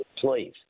Please